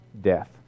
death